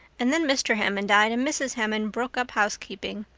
and then mr. hammond died and mrs. hammond broke up housekeeping.